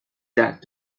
that